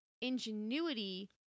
ingenuity